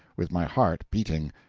with my heart beating,